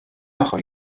ochr